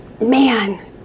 Man